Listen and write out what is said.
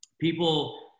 people